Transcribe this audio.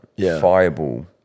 Fireball